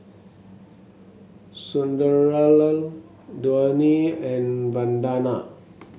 Sunderlal Dhoni and Vandana